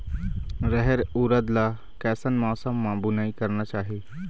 रहेर उरद ला कैसन मौसम मा बुनई करना चाही?